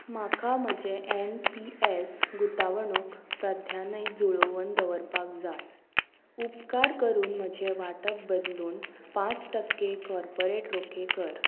म्हाका म्हजें N P S गुतावणूक प्राध्यानय जुळोवन दवरपाक जाय उपकार करून म्हजें वांटप बदलून पांच टक्के कॉर्पोरेट रोके कर